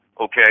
okay